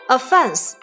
Offense